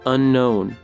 Unknown